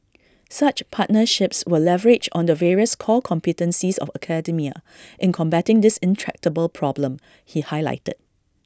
such partnerships will leverage on the various core competencies of academia in combating this intractable problem he highlighted